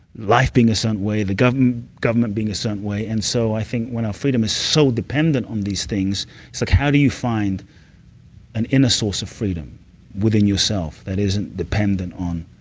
life being a certain way, the government government being a certain way. and so i think when our freedom is so dependent on these things, it's like how do you find an inner source of freedom within yourself that isn't dependent on,